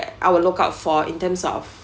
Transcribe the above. I will look out for in terms of